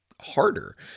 harder